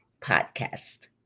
podcast